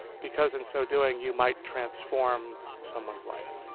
because, in so doing, you might transform someone's life